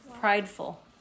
prideful